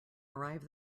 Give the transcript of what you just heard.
arrive